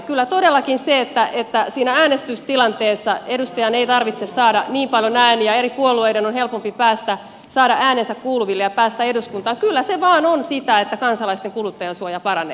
kyllä todellakin se että siinä äänestystilanteessa edustajan ei tarvitse saada niin paljon ääniä eri puolueiden on helpompi saada äänensä kuuluville ja päästä eduskuntaan on sitä että kansalaisten kuluttajansuoja paranee